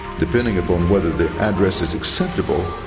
depending upon whether the address is acceptable,